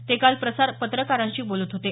ते काल पत्रकारांशी बोलत होते